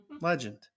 legend